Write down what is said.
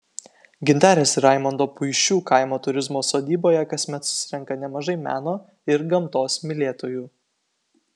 gintarės ir raimondo puišių kaimo turizmo sodyboje kasmet susirenka nemažai meno ir gamtos mylėtojų